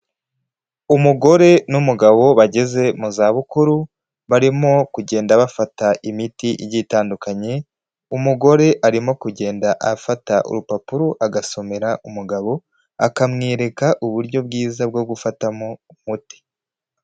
Umugore n'umugabo bageze mu zabukuru, barimo kugenda bafata imiti igiye itandukanye, umugore arimo kugenda afata urupapuro agasomera umugabo, akamwereka uburyo bwiza bwo gufatamo umuti.